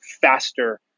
faster